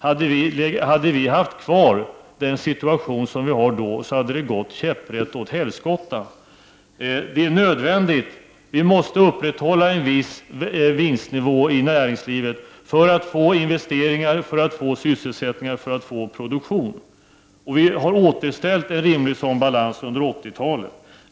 Hade den situation som var då varit kvar hade det gått käpprätt åt helskotta. Det är nödvändigt att upprätthålla en viss vinstnivå i näringslivet för att få investeringar, sysselsättning och produktion. En rimlig sådan balans har återställts under 80-talet.